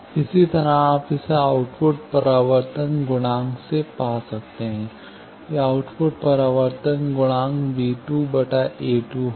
इसी तरह आप इसे आउटपुट परावर्तन गुणांक से पा सकते हैं कि आउटपुट परावर्तन गुणांक यह b2 a 2 होगा